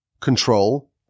control